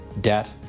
debt